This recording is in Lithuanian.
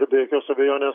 ir be jokios abejonės